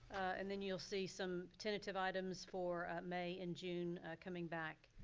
and then you'll see some tentative items for may and june coming back.